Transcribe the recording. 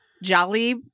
Jolly